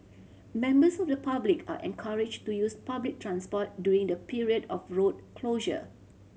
members of the public are encouraged to use public transport during the period of road closure